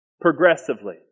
progressively